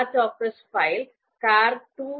આપણે આ ચોક્કસ ફાઇલ car2